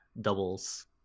doubles